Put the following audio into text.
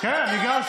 בדקת את